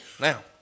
Now